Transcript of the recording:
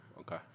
Okay